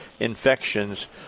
Infections